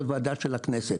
זאת ועדה של הכנסת.